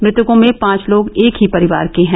मृतकों में पांच लोग एक ही परिवार के हैं